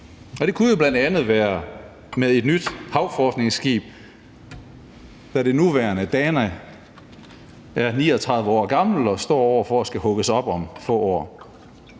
det kunne jo bl.a. være med et nyt havforskningsskib, da det nuværende, »Dana«, er 39 år gammelt og står over for at skulle hugges op om få år.